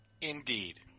Indeed